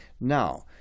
now